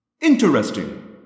Interesting